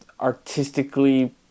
artistically